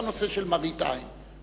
גם נושא של מראית עין,